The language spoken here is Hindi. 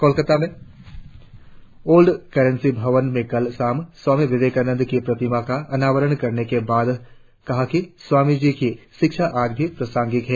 कोलकाता में ओल्ड करेंसी भवन में कल शाम स्वामी विवेकानंद की प्रतिमा का अनावरण करने के बाद कहा कि स्वामी जी कि शिक्षा आज भी प्रासंगिक है